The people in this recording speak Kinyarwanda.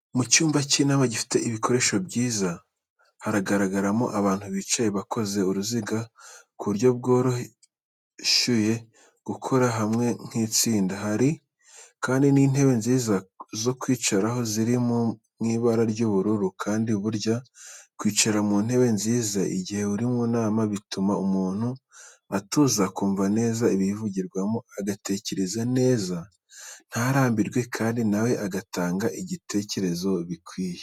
Mu cyumba cy’inama gifite ibikoresho byiza, haragaragaramo abantu bicaye bakoze uruziga, ku buryo byoroshuye gukorera hamwe nk'itsinda. Hari kandi intebe nziza zo kwicaraho ziri mu ibara ry'ubururu kandi burya kwicara mu ntebe nziza igihe uri mu nama bituma umuntu atuza, akumva neza ibiyivugirwamo, agatekereza neza, ntarambirwe kandi nawe agatanga ibitekerezo bikwiye.